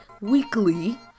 weekly